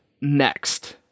next